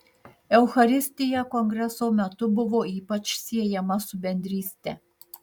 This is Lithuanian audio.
eucharistija kongreso metu buvo ypač siejama su bendryste